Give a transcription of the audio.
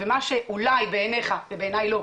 ומה שאולי בעיניך ובעיניי לא,